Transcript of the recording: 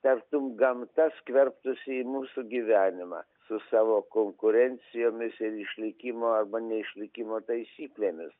tartum gamta skverbtųsi į mūsų gyvenimą su savo konkurencijomis ir išlikimo arba neišlikimo taisyklėmis